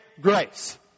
grace